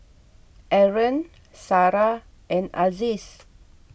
Aaron Sarah and Aziz